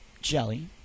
Jelly